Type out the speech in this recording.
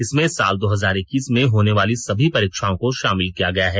इसमें साल दो हजार एक्कीस में होने वाली सभी परीक्षाओं को शामिल किया गया है